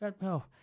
no